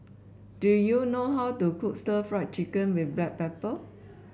do you know how to cook stir Fry Chicken with Black Pepper